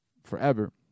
Forever